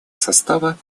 состава